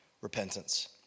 repentance